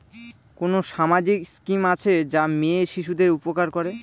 কোন সামাজিক স্কিম আছে যা মেয়ে শিশুদের উপকার করে?